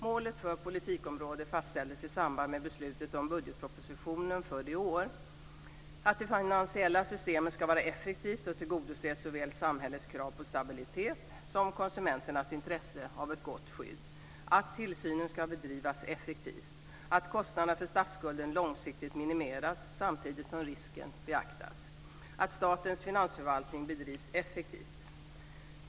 Målen för politikområdet fastställdes i samband med beslutet om budgetpropositionen för 2001 och är följande: - att det finansiella systemet ska vara effektivt och tillgodose såväl samhällets krav på stabilitet som konsumenternas intresse av ett gott skydd - att tillsynen ska bedrivas effektivt - att kostnaderna för statsskulden långsiktigt minimeras samtidigt som risken beaktas - att statens finansförvaltning bedrivs effektivt.